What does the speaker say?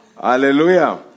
Hallelujah